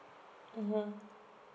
mmhmm